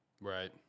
Right